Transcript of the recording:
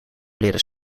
leren